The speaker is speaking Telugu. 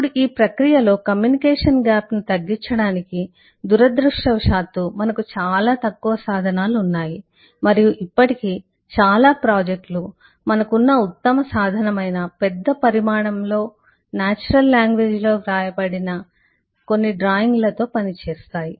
ఇప్పుడు ఈ ప్రక్రియలో కమ్యూనికేషన్ అంతరాన్ని తగ్గించడానికి దురదృష్టవశాత్తు మనకు చాలా తక్కువ సాధనాలు ఉన్నాయి మరియు ఇప్పటికీ చాలా ప్రాజెక్టులు మనకున్న ఉత్తమ సాధనమైన పెద్ద పరిమాణంలో సహజ భాషలో వ్రాయబడిన వచనంతో కొన్ని డ్రాయింగ్లతో పనిచేస్తాయి